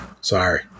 Sorry